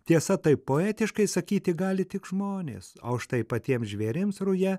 tiesa taip poetiškai sakyti gali tik žmonės o štai patiems žvėrims ruja